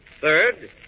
Third